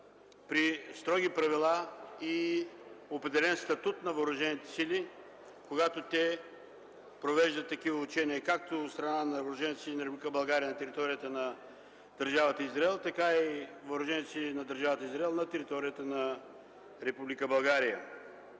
при строги правила и определен статут на въоръжените сили, когато те провеждат такива учения – както от страна на Въоръжените сили на Република България на територията на Държавата Израел, така и Въоръжените сили на Държавата Израел на територията на